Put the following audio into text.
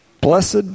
Blessed